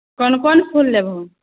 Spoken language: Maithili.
कोन कोन फूल लेबहो